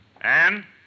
Anne